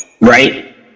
right